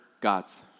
gods